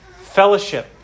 fellowship